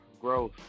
growth